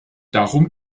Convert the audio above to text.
darum